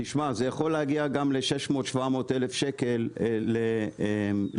זה יכול להגיע גם ל-700,000-600,000 שקל למגרש.